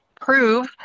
prove